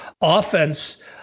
offense